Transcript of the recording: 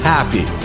Happy